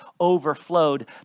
overflowed